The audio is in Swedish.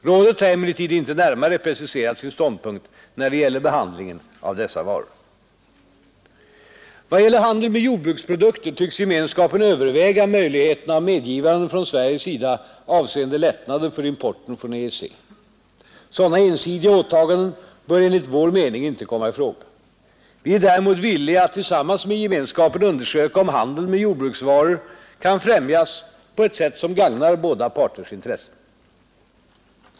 Rådet har emellertid inte närmare preciserat sin ståndpunkt när det gäller behandlingen av dessa varor. Vad gäller handeln med jordbruksprodukter tycks Gemenskapen överväga möjligheten av medgivanden från Sveriges sida avseende lättnader för importen från EEC. Sådana ensidiga åtaganden bör enligt vår mening inte komma i fråga. Vi är däremot villiga att tillsammans med Gemenskapen undersöka om handeln med jordbruksvaror kan främjas på ett sätt som gagnar båda parters intressen.